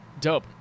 Dope